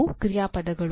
ಇವು ಕ್ರಿಯಾಪದಗಳು